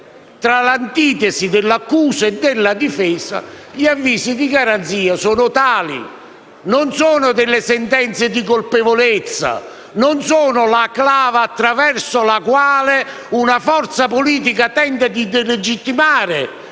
nell'antitesi tra accusa e difesa, gli avvisi di garanzia sono tali; non sono sentenze di colpevolezza, non sono la clava attraverso la quale una forza politica può tentare di delegittimare,